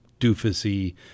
doofusy